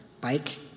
bike